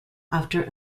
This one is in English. after